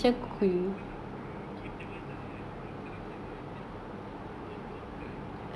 you just open up the game that [one] ah yang ada Minecraft that [one] then you farm farm kat dalam game